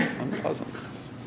Unpleasantness